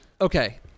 okay